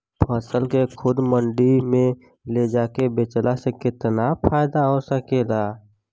फसल के खुद मंडी में ले जाके बेचला से कितना फायदा हो सकेला?